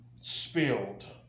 spilled